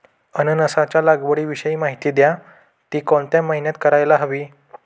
अननसाच्या लागवडीविषयी माहिती द्या, ति कोणत्या महिन्यात करायला हवी?